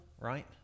right